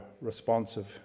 responsive